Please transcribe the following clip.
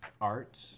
art